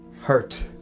hurt